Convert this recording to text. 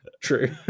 True